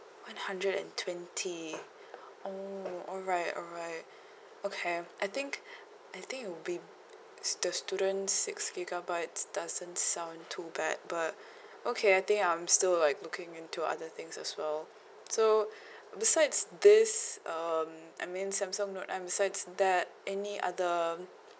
one hundred and twenty oh alright alright okay I think I think will be the student six gigabytes doesn't sound too bad but okay I think I'm still like looking into other things as well so besides this um I mean samsung note besides that any other